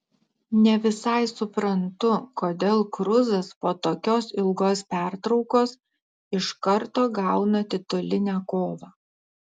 ne visai suprantu kodėl kruzas po tokios ilgos pertraukos iš karto gauna titulinę kovą